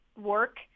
work